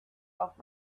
off